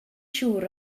siŵr